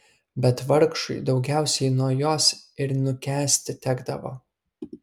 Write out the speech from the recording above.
bet vargšui daugiausiai nuo jos ir nukęsti tekdavo